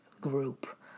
group